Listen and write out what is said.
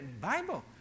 Bible